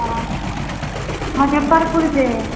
हाँ अच्छा कर्पूर से